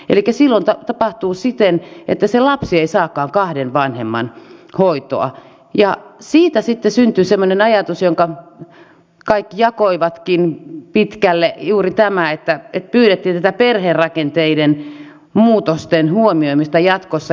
elikkä silloin tapahtuu siten että se lapsi ei saakaan kahden vanhemman hoitoa ja siitä sitten syntyi semmoinen ajatus jonka kaikki jakoivatkin pitkälle juuri tämä että pyydettiin tätä perherakenteiden muutosten huomioimista jatkossa